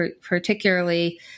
particularly